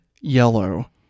yellow